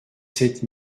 sept